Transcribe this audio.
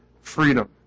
freedom